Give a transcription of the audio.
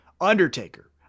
undertaker